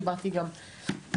דיברתי גם,